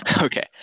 okay